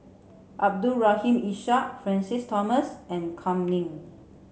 Abdul Rahim Ishak Francis Thomas and Kam Ning